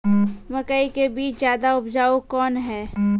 मकई के बीज ज्यादा उपजाऊ कौन है?